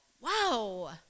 Wow